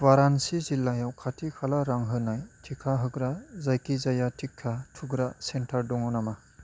वारानसि जिल्लायाव खाथि खाला रां होनाय टिका होग्रा जायखिजाया टिका थुग्रा सेन्टार दङ नामा